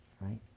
right